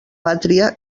pàtria